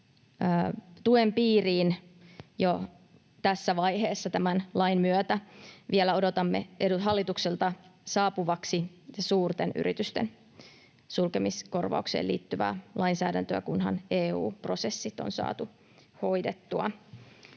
tuen piiriin jo tässä vaiheessa tämän lain myötä. Vielä odotamme hallitukselta saapuvaksi suurten yritysten sulkemiskorvaukseen liittyvää lainsäädäntöä, kunhan EU-prosessit on saatu hoidettua.